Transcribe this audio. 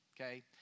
Okay